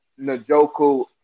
Najoku